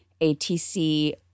ATC